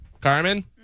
Carmen